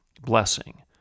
blessing